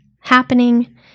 happening